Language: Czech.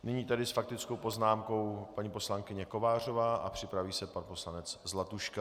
Nyní tedy s faktickou poznámkou paní poslankyně Kovářová a připraví se pan poslanec Zlatuška.